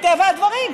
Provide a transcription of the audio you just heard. מטבע הדברים,